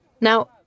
Now